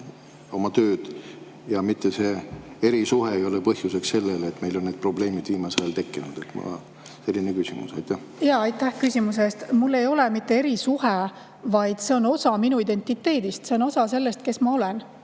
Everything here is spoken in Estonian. oma tööd ja mitte see erisuhe ei ole põhjuseks, et meil on need probleemid viimasel ajal tekkinud? Selline küsimus. Aitäh küsimuse eest! Mul ei ole mitte erisuhe, vaid see on osa minu identiteedist. See on osa sellest, kes ma olen,